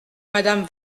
madame